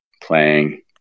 playing